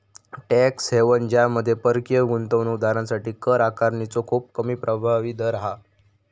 tax haven ज्यामध्ये परकीय गुंतवणूक दारांसाठी कर आकारणीचो खूप कमी प्रभावी दर हा